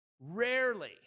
Rarely